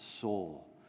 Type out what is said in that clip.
soul